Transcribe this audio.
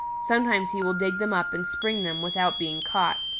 sometimes he will dig them up and spring them without being caught.